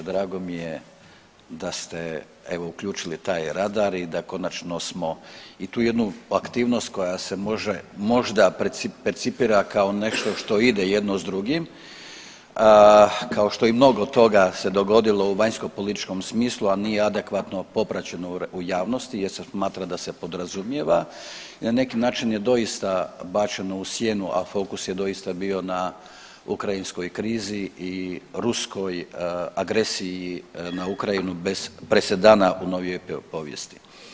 Drago mi je da ste evo uključili taj radar i da konačno smo i tu jednu aktivnost koja se možda percipira kao nešto što ide jedno s drugim, kao što i mnogo toga se dogodilo u vanjskopolitičkom smislu, a nije adekvatno popraćeno u javnosti jer se smatra da se podrazumijeva, na neki način je doista bačeno u sjenu, a fokus je doista bio na ukrajinskoj krizi i ruskoj agresiji na Ukrajinu bez presedana u novijoj povijesti.